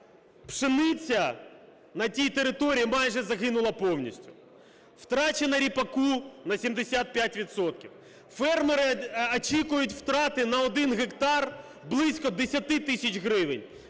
пшениця на тій території майже загинула повністю, втрачено ріпаку на 75 відсотків. Фермери очікують втрати на 1 гектар близько 10 тисяч гривень,